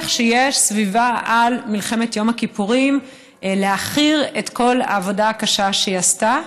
שיש סביבה על מלחמת יום הכיפורים להעכיר את כל העבודה הקשה שהיא עשתה.